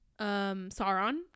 Sauron